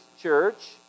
church